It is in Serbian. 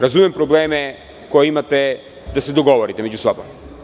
Razumem probleme koje imate da se dogovorite među sobom.